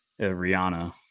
Rihanna